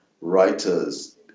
writers